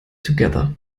together